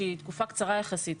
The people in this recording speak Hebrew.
שהיא תקופה קצרה יחסית.